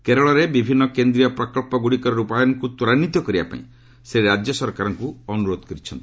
କେରଳରେ ବିଭିନ୍ନ କେନ୍ଦ୍ରୀୟ ପ୍ରକଚ୍ଚଗୁଡ଼ିକର ରୂପାୟନକୁ ତ୍ୱରାନ୍ୱିତ କରିବା ପାଇଁ ସେ ରାଜ୍ୟସରକାରଙ୍କୁ ଅନୁରୋଧ କରିଛନ୍ତି